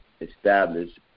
Established